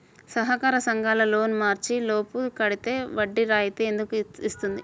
సహకార సంఘాల loan March లోపు కట్టితే వడ్డీ రాయితీ ఎందుకు ఇస్తుంది?